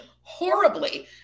horribly